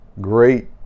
great